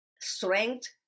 strength